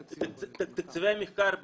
תקציבי המחקר בישראל,